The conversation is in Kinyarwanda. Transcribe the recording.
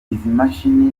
mashini